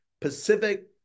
Pacific